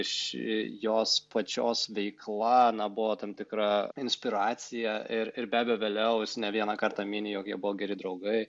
ši jos pačios veikla na buvo tam tikra inspiracija ir ir be abejo vėliau jis ne vieną kartą mini jog jie buvo geri draugai